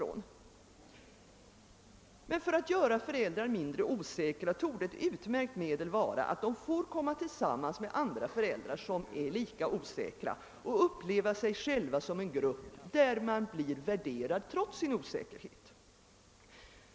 Ett utmärkt medel att göra föräldrar mindre osäkra torde vara att låta dem komma tillsammans med andra föräldrar, som är lika osäkra. Därigenom får de uppleva sig själva som en grupp, som blir värderad trots sin osäkerhet.